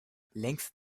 längst